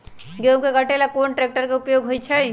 गेंहू के कटे ला कोंन ट्रेक्टर के उपयोग होइ छई?